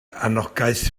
anogaeth